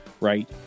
right